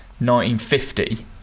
1950